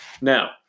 Now